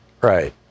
right